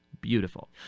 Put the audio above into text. beautiful